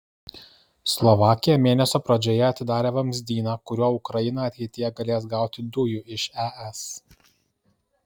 slovakija mėnesio pradžioje atidarė vamzdyną kuriuo ukraina ateityje galės gauti dujų iš es